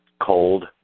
cold